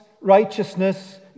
righteousness